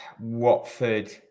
Watford